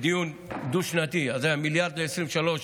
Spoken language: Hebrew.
בדיון דו-שנתי, אז היה מיליארד ל-2023,